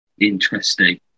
Interesting